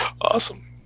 Awesome